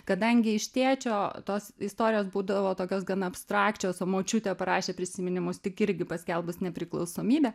kadangi iš tėčio tos istorijos būdavo tokios gana abstrakčios o močiutė parašė prisiminimus tik irgi paskelbus nepriklausomybę